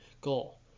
goal